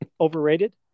Overrated